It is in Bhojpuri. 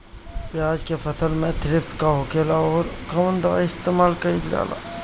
प्याज के फसल में थ्रिप्स का होखेला और कउन दवाई इस्तेमाल कईल जाला?